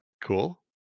Cool